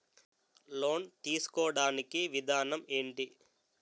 Loan తీసుకోడానికి విధానం ఏంటి?